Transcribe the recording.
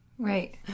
Right